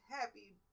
happy